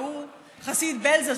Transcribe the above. והוא חסיד בעלז,